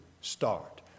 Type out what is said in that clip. start